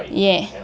yeah